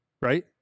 right